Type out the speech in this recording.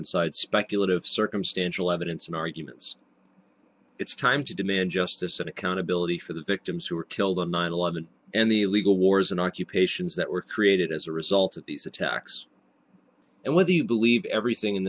inside speculative circumstantial evidence and arguments it's time to demand justice and accountability for the victims who were killed on nine eleven and the legal wars and occupations that were created as a result of these attacks and whether you believe everything in